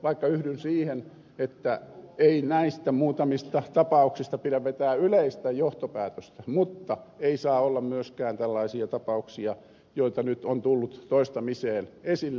vaikka yhdyn siihen että ei näistä muutamista tapauksista pidä vetää yleistä johtopäätöstä mutta ei saa olla myöskään tällaisia tapauksia joita nyt on tullut toistamiseen esille